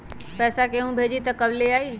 पैसा केहु भेजी त कब ले आई?